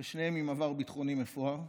ושניהם עם עבר ביטחוני מפואר.